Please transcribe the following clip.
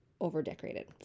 over-decorated